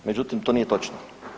Međutim, to nije točno.